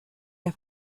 der